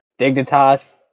Dignitas